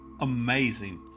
Amazing